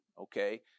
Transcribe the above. Okay